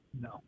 no